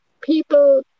people